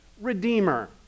redeemer